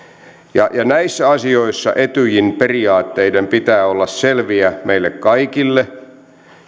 näissä asioissa etyjin periaatteiden pitää olla selviä meille kaikille